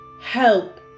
help